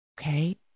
Okay